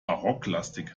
barocklastig